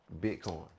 Bitcoin